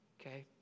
okay